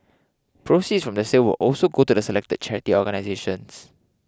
proceeds from the sale will also go to the selected charity organisations